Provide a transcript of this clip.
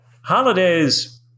Holidays